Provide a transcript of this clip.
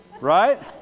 Right